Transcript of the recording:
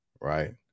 right